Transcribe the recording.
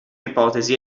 ipotesi